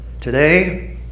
Today